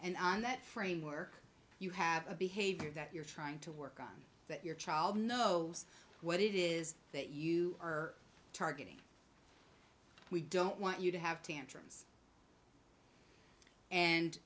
and on that framework you have a behavior that you're trying to work on that your child know what it is that you are targeting we don't want you to have tantrums and